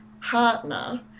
Partner